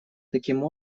таким